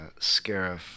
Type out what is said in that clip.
Scarif